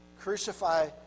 Crucify